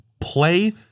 play